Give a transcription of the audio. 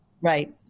Right